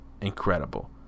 incredible